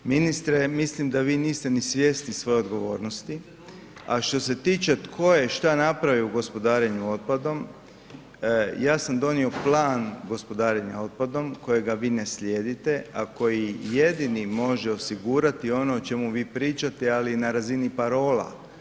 Ministre, mislim da vi niste ni svjesni svoje odgovornosti a što se tiče tko je šta napravio u gospodarenju otpadom, ja sam donio plan gospodarenja otpadom kojega vi ne slijedite a koji jedini može osigurati ono o čemu vi pričate ali i na razini parola.